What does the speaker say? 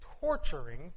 torturing